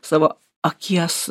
savo akies